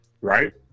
Right